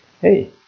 Hey